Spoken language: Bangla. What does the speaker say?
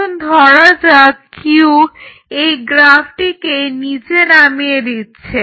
এখন ধরা যাক Q এই গ্রাফটিকে নিচে নামিয়ে দিচ্ছে